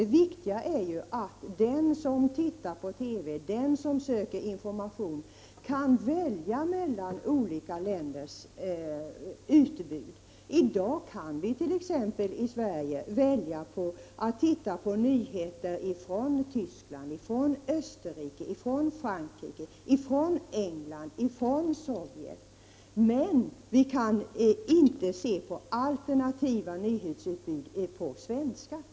Det viktiga är ju att den som tittar på TV, den som söker information, kan välja mellan olika länders utbud. I dag kan vi i Sverige välja att titta på nyheter från England, från Tyskland och Österrike, från Frankrike eller från Sovjet. Men vi kan inte se på alternativa nyhetsutbud på svenska.